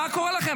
מה קורה לכם?